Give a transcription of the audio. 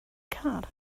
car